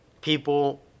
people